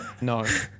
No